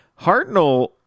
Hartnell